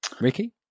Ricky